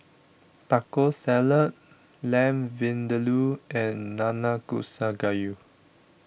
Taco Salad Lamb Vindaloo and Nanakusa Gayu